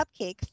cupcakes